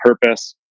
purpose